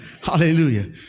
Hallelujah